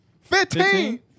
Fifteen